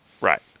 Right